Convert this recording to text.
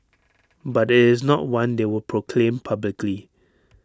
but IT is not one they will proclaim publicly